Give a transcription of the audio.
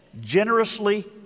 generously